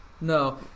No